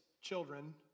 children